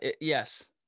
yes